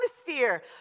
atmosphere